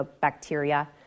bacteria